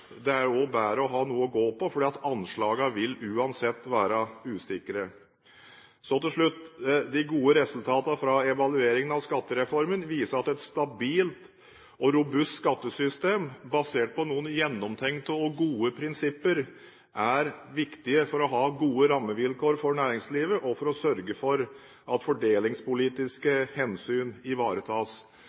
vil uansett være usikre. Så helt til slutt: De gode resultatene fra evalueringen av skattereformen viser at et stabilt og robust skattesystem basert på noen gjennomtenkte og gode prinsipper er viktig for å ha gode rammevilkår for næringslivet og for å sørge for at fordelingspolitiske hensyn ivaretas.